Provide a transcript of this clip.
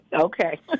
Okay